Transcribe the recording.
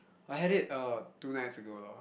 I had it uh two nights ago loh